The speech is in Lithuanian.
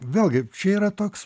vėlgi čia yra toks